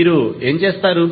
మీరు ఏమి చేస్తారు